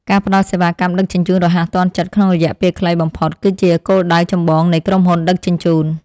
ការផ្តល់សេវាកម្មដឹកជញ្ជូនរហ័សទាន់ចិត្តក្នុងរយៈពេលខ្លីបំផុត គឺជាគោលដៅចម្បងនៃក្រុមហ៊ុនដឹកជញ្ជូន។